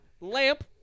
Lamp